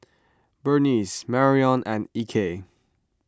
Berniece Marrion and Ike